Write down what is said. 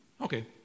okay